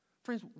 friends